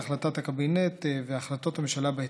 להחלטת הקבינט והחלטות הממשלה בהתאם.